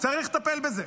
צריך לטפל בזה,